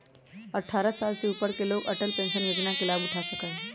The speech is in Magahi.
अट्ठारह साल से ऊपर के लोग अटल पेंशन योजना के लाभ उठा सका हई